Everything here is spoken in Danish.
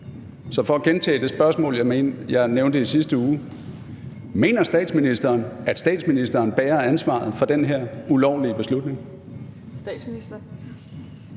Så for at gentage det spørgsmål, jeg stillede i sidste uge: Mener statsministeren, at statsministeren bærer ansvaret for den her ulovlige beslutning?